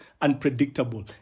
unpredictable